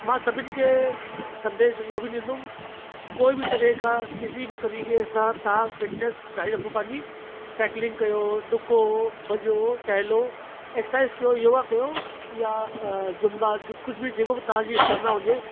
मां सभिनि खे संदेश इहो बि ॾींदुमि कोई बि तरह का किसी बि तरीक़े सां तव्हां फ़िटनेस जारी रखो पंहिंजी साइकिलिंग कयो ॾुको भॼो टहिलो एक्सरसाइज़ कयो योगा कयो या जूंम्बा कुझु बि जेको बि तव्हां जी स्टेमिना हुजे